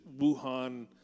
Wuhan